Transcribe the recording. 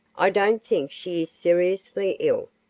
i don't think she is seriously ill,